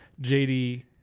JD